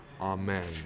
Amen